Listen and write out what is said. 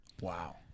Wow